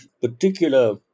particular